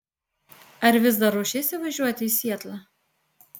ar vis dar ruošiesi važiuoti į sietlą